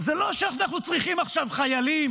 זה לא שאנחנו צריכים עכשיו חיילים